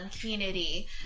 community